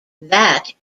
that